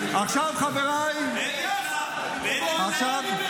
עכשיו, חבריי ------ הליברל, אתה ואבי מעוז.